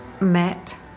met